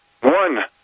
One